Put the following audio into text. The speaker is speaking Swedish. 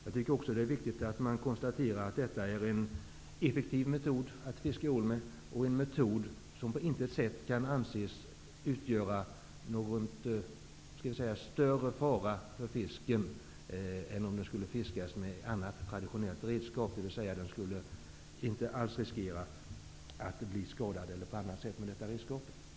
Det är också viktigt att konstatera att detta är en effektiv metod för att fiska ål, en metod som på intet sätt kan anses utgöra någon större fara för fisken än om den skulle fiskas med annat traditionellt redskap, dvs. att den inte alls riskerar att bli skadad med detta redskap.